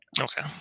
Okay